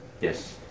Yes